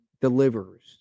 delivers